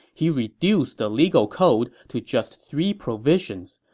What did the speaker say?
he reduced the legal code to just three provisions,